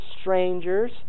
strangers